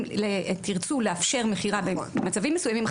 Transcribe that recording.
אם תירצו לאפשר מכירה במצבים מסוימים,